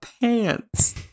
pants